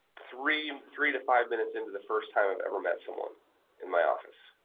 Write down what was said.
three um three to five minutes into the first time i've ever met someone in my office.